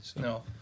No